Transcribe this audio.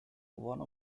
one